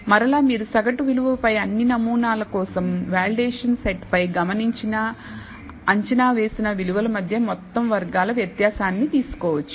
మరలా మీరు సగటు విలువ పై అన్ని నమూనాల కోసం వాలిడేషన్ సెట్ పై గమనించిన అంచనా వేసిన విలువల మధ్య మొత్తం వర్గాల వ్యత్యాసాన్ని తీసుకోవచ్చు